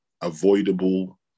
avoidable